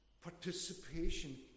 participation